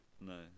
No